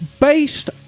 Based